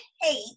hate